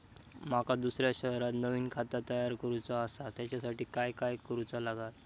माका दुसऱ्या शहरात नवीन खाता तयार करूचा असा त्याच्यासाठी काय काय करू चा लागात?